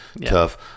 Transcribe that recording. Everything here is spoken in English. tough